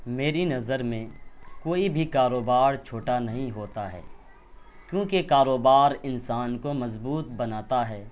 میری نظر میں کوئی بھی کاروبار چھوٹا نہیں ہوتا ہے کیوںکہ کاروبار انسان کو مضبوط بناتا ہے